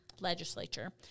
legislature